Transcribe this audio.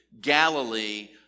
Galilee